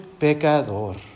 pecador